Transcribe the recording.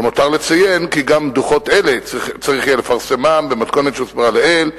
למותר לציין כי גם דוחות אלה צריך יהיה לפרסמם במתכונת שהוסברה לעיל,